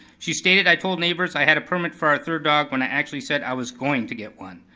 she stated i told neighbors i had a permit for our third dog when i actually said i was going to get one.